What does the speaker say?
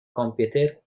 کامپیوتر